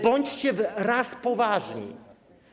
Bądźcie raz poważni.